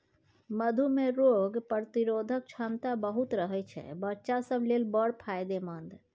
मधु मे रोग प्रतिरोधक क्षमता बहुत रहय छै बच्चा सब लेल बड़ फायदेमंद